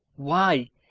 why,